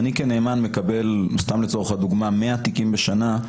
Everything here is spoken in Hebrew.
אם אני, כנאמן, מקבל לצורך הדוגמה 100 תיקים בשנה,